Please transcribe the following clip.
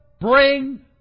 bring